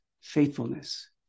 faithfulness